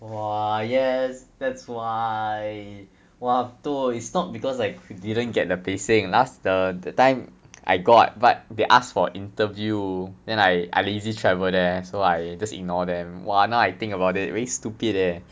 !wah! yes that's why !wah! toh it's not because I didn't get the placing last the the time I got but they asked for interview then I I lazy travel there so I just ignore them !wah! now I think about it really stupid eh